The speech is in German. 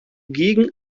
gegen